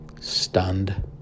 stunned